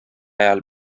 ajal